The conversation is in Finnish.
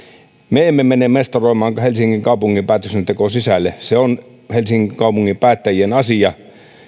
me emme mene mestaroimaan helsingin kaupungin päätöksentekoon sisälle se on helsingin kaupungin päättäjien asia